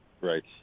Right